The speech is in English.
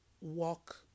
walk